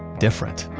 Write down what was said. different.